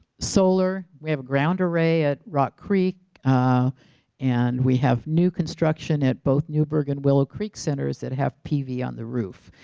solar, we have a ground array at rock creek and we have new construction at both newberg and willow creek centers that have pv on the roof.